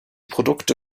produkte